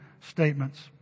statements